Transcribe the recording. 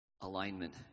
alignment